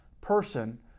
person